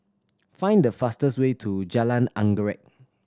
find the fastest way to Jalan Anggerek